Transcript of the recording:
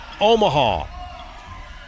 Omaha